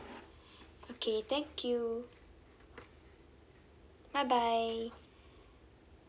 okay thank you bye bye